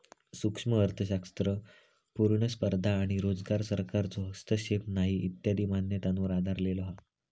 सूक्ष्म अर्थशास्त्र पुर्ण स्पर्धा आणो रोजगार, सरकारचो हस्तक्षेप नाही इत्यादी मान्यतांवर आधरलेलो हा